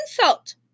insult